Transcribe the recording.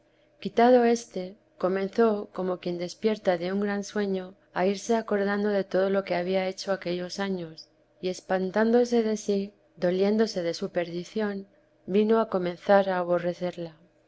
quitado éste comenzó como quien despierta de un gran sueño a irse acordando de todo lo que había hecho aquellos años y espantándose de sí dolién dose de su perdición vino a comenzar a aborrecerla